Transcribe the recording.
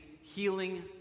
healing